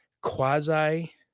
quasi